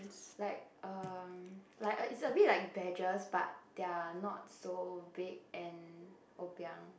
like um like a is a bit like badges but they are not so big and obiang